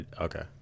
okay